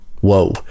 Whoa